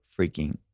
freaking